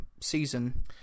season